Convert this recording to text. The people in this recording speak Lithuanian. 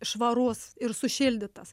švarus ir sušildytas